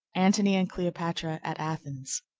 antony and cleopatra at athens